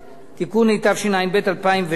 (תיקון), התשע"ב 2012,